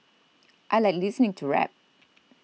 I like listening to rap